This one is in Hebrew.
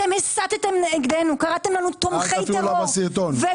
אתם הסטתם נגדנו, קראתם לנו תומכי טרור.